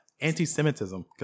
anti-Semitism